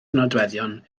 nodweddion